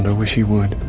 and wish he would.